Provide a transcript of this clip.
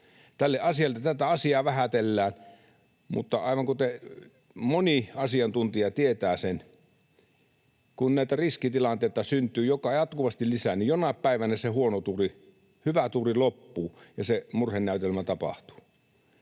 Tätä asiaa vähätellään, mutta aivan kuten moni asiantuntija tietää, kun näitä riskitilanteita syntyy jatkuvasti lisää, niin jonain päivänä hyvä tuuri loppuu ja se murhenäytelmä tapahtuu.